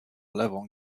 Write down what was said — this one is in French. l’avant